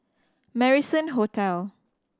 Marrison Hotel